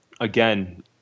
again